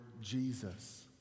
Jesus